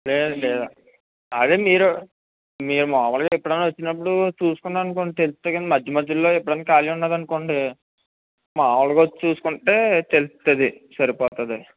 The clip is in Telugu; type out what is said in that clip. లేదు లేదు అదే మీరు మేము మామూలుగా ఇక్కడ వచ్చినప్పుడు చూసుకున్నారు అనుకోండి తెలుస్తాయి కానీ మధ్య మధ్యలో ఎప్పుడన్న ఖాళీ ఉంది అనుకోండి మామూలగా వచ్చి చూసుకుంటే తెలుస్తుంది సరిపోతుందని